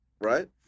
right